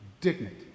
dignity